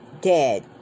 dead